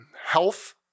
health